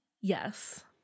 Yes